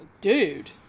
dude